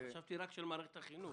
חשבתי רק של מערכת החינוך.